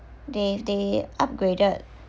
they've they upgraded